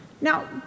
Now